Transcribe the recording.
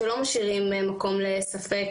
שלא משאירים מקום לספק.